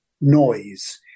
noise